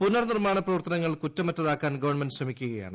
പുനർ നിർമ്മാണ പ്രവർത്തനങ്ങൾ കുറ്റമറ്റതാക്കാൻ ഗവൺമെന്റ് ശ്രമിക്കുകയാണ്